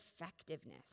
effectiveness